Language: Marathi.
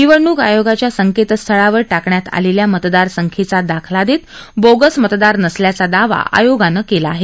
निवडणूक आयोगाच्या संकेतस्थळावर टाकण्यात आलेल्या मतदार संख्येचा दाखला देत बोगस मतदार नसल्याचा दावा आयोगानं केला आहे